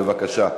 בבקשה.